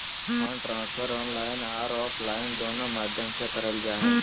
fund transfer online आर offline दोनों माध्यम से करल जा हय